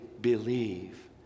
believe